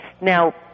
Now